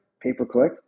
pay-per-click